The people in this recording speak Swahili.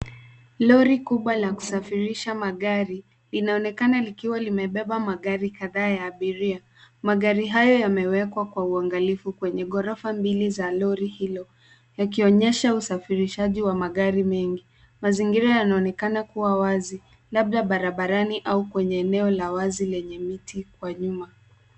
Lori kubwa la kusafirisha magari, linaonekana likiwa limebeba magari kadhaa ya abiria. Magari hayo yamewekwa kwa uangalifu kwenye ghorofa mbili za lori hilo, yakionyesha usafirishaji wa magari mengi. Mazingira yanaonekana kuwa wazi, labda barabarani au kwenye eneo la wazi lenye miti kwa nyuma.